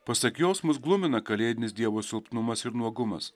pasak jos mus glumina kalėdinis dievo silpnumas ir nuogumas